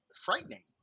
frightening